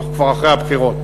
אנחנו כבר אחרי הבחירות,